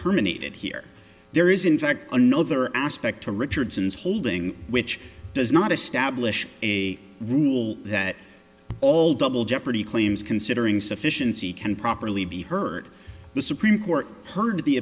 terminated here there is in fact another aspect to richardson's holding which does not establish a rule that all double jeopardy claims considering sufficiency can properly be heard the supreme court heard th